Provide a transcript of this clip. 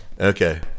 Okay